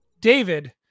David